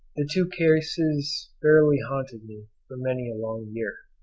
the two cases fairly haunted me for many a long year.